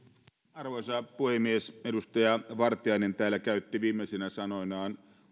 arvoisa puhemies edustaja vartiainen täällä käytti viimeisinä sanoinaan